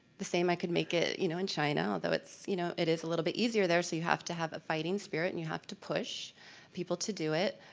the same i could make it you know in china, although you know it is a little bit easier there, so you have to have a fighting spirit and you have to push people to do it.